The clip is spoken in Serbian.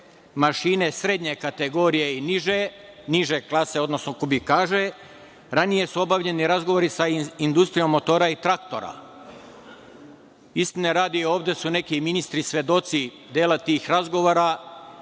mašine srednje kategorije i niže klase, odnosno kubikaže. Ranije su obavljeni razgovori sa IMT. Istine radi ovde su neki ministri svedoci dela tih razgovora,